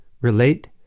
relate